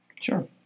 Sure